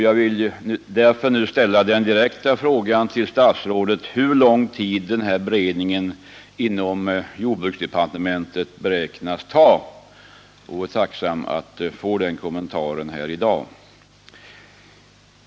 Jag vill därför nu ställa den direkta frågan till statsrådet, hur lång tid denna beredning inom jordbruksdepartementet beräknas ta. Jag vore tacksam att få den kommentaren här i dag.